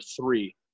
three